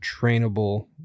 trainable